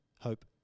hope